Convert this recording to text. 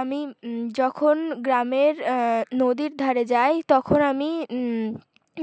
আমি যখন গ্রামের নদীর ধারে যাই তখন আমি